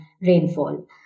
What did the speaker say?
rainfall